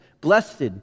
blessed